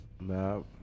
No